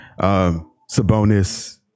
Sabonis